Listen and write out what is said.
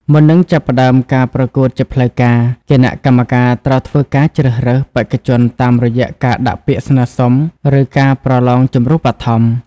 មុននឹងចាប់ផ្ដើមការប្រកួតជាផ្លូវការ គណៈកម្មការត្រូវធ្វើការជ្រើសរើសបេក្ខជនតាមរយៈការដាក់ពាក្យស្នើសុំ ឬការប្រឡងជម្រុះបឋម។